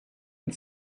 and